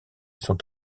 sont